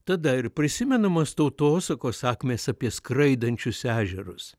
tada ir prisimenamos tautosakos sakmės apie skraidančius ežerus